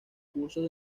cursos